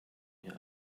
mir